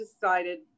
decided